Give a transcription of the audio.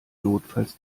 notfalls